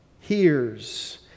Hears